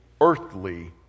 earthly